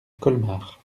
colmar